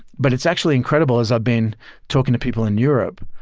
but it's actually incredible as i've been talking to people in europe,